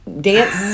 dance